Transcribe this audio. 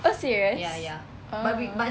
oh serious oh